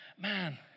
man